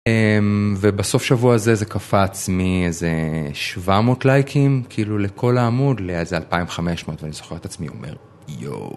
ובסוף השבוע הזה זה קפץ מאיזה 700 לייקים כאילו לכל העמוד לאיזה 2500 ואני זוכר את עצמי אומר יואו.